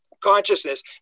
consciousness